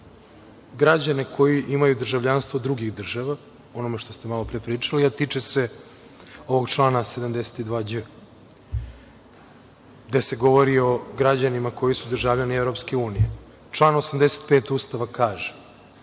građane koji imaju državljanstvo drugih država, o onome što ste malopre pričali, a tiče se ovog člana 72đ, gde se govori o građanima koji su državljani EU. Član 85. Ustava kaže